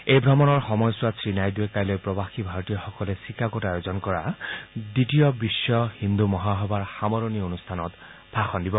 এই ভ্ৰমণৰ সময়ছোৱাত শ্ৰীনাইড়ুৱে কাইলৈ প্ৰৱাসী ভাৰতীয়সকলে ছিকাগোত আয়োজন কৰা দ্বিতীয় বিশ্ব হিন্দু মহাসভাৰ সামৰণি অনুষ্ঠানত ভাষণ দিব